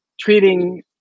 treating